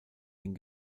den